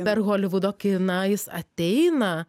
per holivudo kiną jis ateina